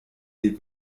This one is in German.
die